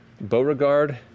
Beauregard